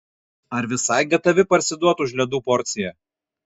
ar visai gatavi parsiduot už ledų porciją